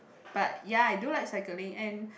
but ya I do like cycling and